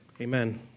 Amen